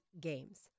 games